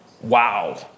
Wow